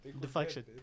Deflection